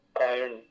iron